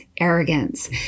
arrogance